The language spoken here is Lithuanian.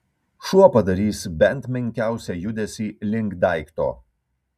šuo padarys bent menkiausią judesį link daikto